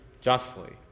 justly